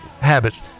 habits